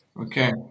Okay